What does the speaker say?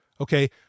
okay